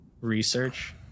research